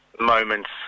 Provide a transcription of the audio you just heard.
moments